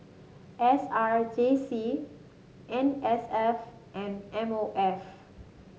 S R J C N S F and M O F